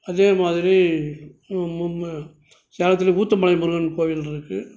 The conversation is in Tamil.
அதே மாதிரி சேலத்தில் ஊத்து மலை முருகன் கோவில் இருக்குது